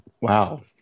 Wow